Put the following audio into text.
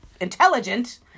intelligent